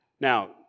Now